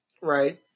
Right